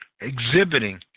exhibiting